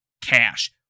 Cash